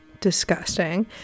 disgusting